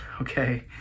okay